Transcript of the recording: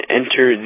enter